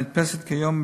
הנתפסת כיום,